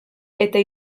eta